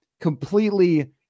completely